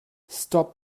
stop